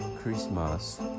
Christmas